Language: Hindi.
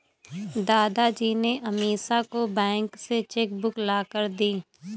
दादाजी ने अमीषा को बैंक से चेक बुक लाकर दी